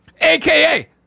AKA